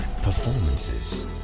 performances